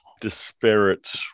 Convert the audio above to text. disparate